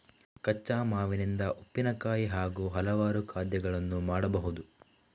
ಕಚ್ಚಾ ಮಾವಿನಿಂದ ಉಪ್ಪಿನಕಾಯಿ ಹಾಗೂ ಹಲವಾರು ಖಾದ್ಯಗಳನ್ನು ಮಾಡಬಹುದು